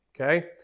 Okay